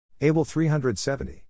ABLE-370